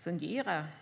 fungera.